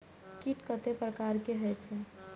कीट कतेक प्रकार के होई छै?